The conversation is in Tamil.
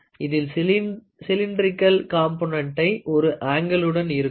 இதில் சிலிண்டரிகள் காம்போனென்ட் ஒரு ஆங்கிலுடன் இருக்கும்